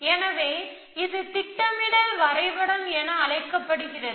எனவே இது திட்டமிடல் வரைபடம் என அழைக்கப்படுகிறது